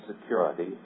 security